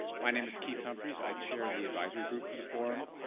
my name is keith humphreys. i chair the advisory group for the forum,